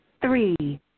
Three